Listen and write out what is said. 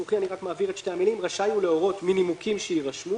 רשאי הוא להורות מנימוקים שיירשמו